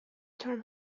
term